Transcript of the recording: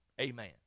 Amen